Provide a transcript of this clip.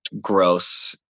gross